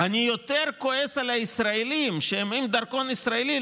אני יותר כועס על הישראלים שהם עם דרכון ישראלי,